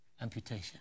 amputation